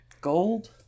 Gold